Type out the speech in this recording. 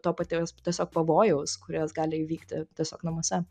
to paties tiesiog pavojaus kurios gali įvykti tiesiog namuose